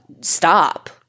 stop